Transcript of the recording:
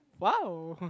!wow!